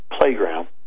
playground